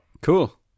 Cool